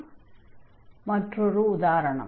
இன்னொரு உதாரணம்